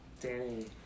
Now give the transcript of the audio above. Danny